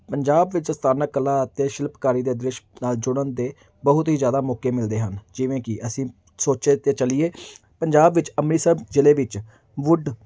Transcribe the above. ਪੰਜਾਬ ਵਿੱਚ ਸਥਾਨਕ ਕਲਾ ਅਤੇ ਸ਼ਿਲਪਕਾਰੀ ਦੇ ਦ੍ਰਿਸ਼ ਨਾਲ ਜੁੜਨ ਦੇ ਬਹੁਤ ਹੀ ਜ਼ਿਆਦਾ ਮੌਕੇ ਮਿਲਦੇ ਹਨ ਜਿਵੇਂ ਕਿ ਅਸੀਂ ਸੋਚੇ 'ਤੇ ਚਲੀਏ ਪੰਜਾਬ ਵਿੱਚ ਅੰਮ੍ਰਿਤਸਰ ਜ਼ਿਲ੍ਹੇ ਵਿੱਚ ਵੁੱਡ